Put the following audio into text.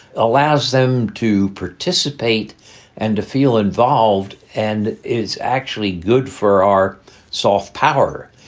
allows them to participate and to feel involved and is actually good for our soft power.